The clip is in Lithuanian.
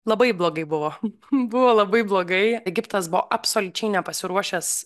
labai blogai buvo buvo labai blogai egiptas buvo absoliučiai nepasiruošęs